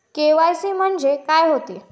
KYC म्हंनजे का होते?